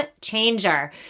changer